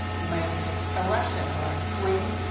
you might even take a russian or a kuwaiti.